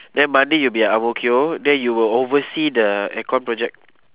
then monday you'll be at ang mo kio then you will oversee the aircon project